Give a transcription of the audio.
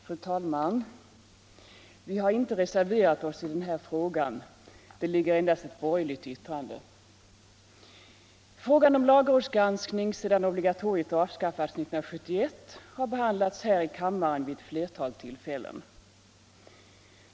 Fru talman! Vi har inte reserverat oss i den här frågan. Det föreligger endast ett borgerligt särskilt yttrande. Frågan om lagrådsgranskningen sedan obligatoriet avskaffades 1971 har behandlats här i kammaren vid flera tillfällen.